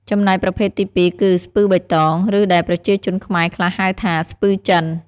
ចំណែកប្រភេទទីពីរគឺ ស្ពឺបៃតង ឬដែលប្រជាជនខ្មែរខ្លះហៅថា ស្ពឺចិន។